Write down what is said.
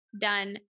done